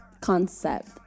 concept